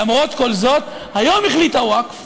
למרות כל זאת, היום החליטו הווקף